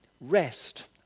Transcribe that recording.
Rest